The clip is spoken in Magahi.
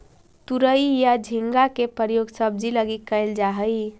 तुरई या झींगा के प्रयोग सब्जी लगी कैल जा हइ